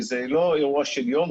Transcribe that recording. כי זה לא אירוע של יום,